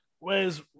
Whereas